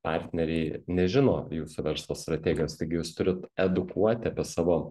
partneriai nežino jūsų verslo strategijos taigi jūs turit edukuoti apie savo